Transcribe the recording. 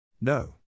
No